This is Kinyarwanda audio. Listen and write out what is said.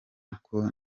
uko